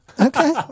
Okay